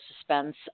suspense